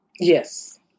Yes